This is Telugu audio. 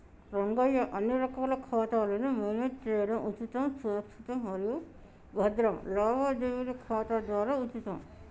రంగయ్య అన్ని రకాల ఖాతాలను మేనేజ్ చేయడం ఉచితం సురక్షితం మరియు భద్రం లావాదేవీల ఖాతా ద్వారా ఉచితం